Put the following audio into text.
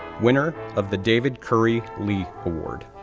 winner of the david currie lee award,